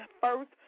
first